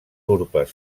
urpes